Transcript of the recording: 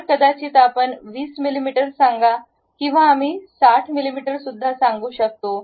तर कदाचित आपण 20 मिमी सांगा किंवा आम्ही 60 मिमी सुद्धा सांगू शकतो